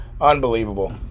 unbelievable